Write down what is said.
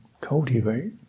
cultivate